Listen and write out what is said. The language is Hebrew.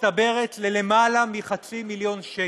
מצטברת ליותר מחצי מיליון שקל.